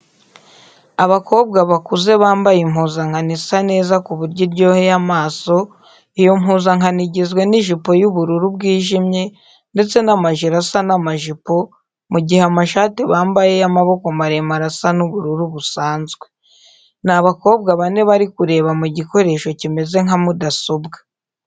Abakobwa bakuze bambaye impuzankano isa neza ku buryo iryoheye amaso, iyo mpuzankano igizwe n'ijipo y'ubururu bwijimye ndetse n'amajire asa n'amajipo mu gihe amashati bambaye y'amaboko maremare asa n'ubururu busanzwe. Ni abakobwa bane bari kureba mu gikoresho kimeze nka mudasobwa.